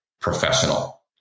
professional